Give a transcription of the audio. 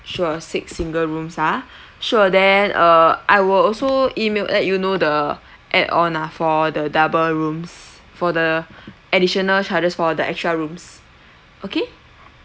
sure six single rooms ah sure then uh I will also email let you know the add on ah for the double rooms for the additional charges for the extra rooms okay